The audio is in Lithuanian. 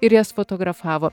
ir jas fotografavo